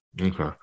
Okay